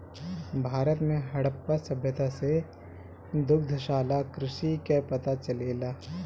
भारत में हड़प्पा सभ्यता से दुग्धशाला कृषि कअ पता चलेला